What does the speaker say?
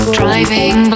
driving